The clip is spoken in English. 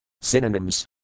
Synonyms